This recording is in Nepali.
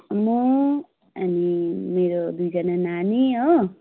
म अनि मेरो दुईजना नानी हो